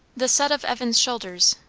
the set of evan's shoulders,